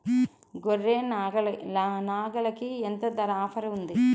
గొర్రె, నాగలికి ఎంత ధర ఆఫర్ ఉంది?